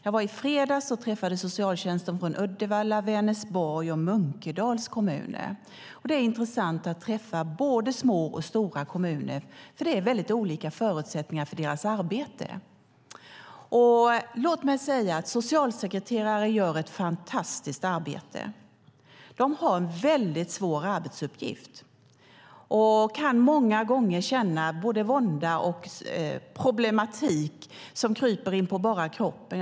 I fredags träffade jag socialtjänsten från Uddevalla, Vänersborgs och Munkedals kommuner. Det är intressant att träffa både små och stora kommuner eftersom det är mycket olika förutsättningar för deras arbete. Låt mig säga att socialsekreterare gör ett fantastiskt arbete. De har en mycket svår arbetsuppgift och kan många gånger känna både vånda och problematik som kryper inpå bara kroppen.